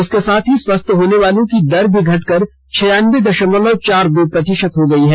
इसके साथ ही स्वस्थ होने वालों की दर भी घटकर छियानबे दशमलव चार दो प्रतिशत रह गई है